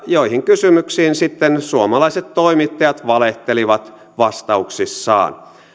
joihin kysymyksiin sitten suomalaiset toimittajat valehtelivat vastauksissaan